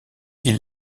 ils